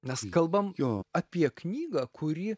nes kalbam apie knygą kuri